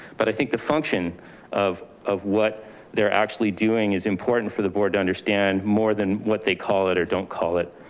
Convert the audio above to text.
but i think the function of of what they're actually doing is important for the board to understand more than what they call it, or don't call it.